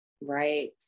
Right